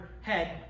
head